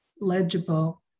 legible